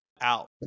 out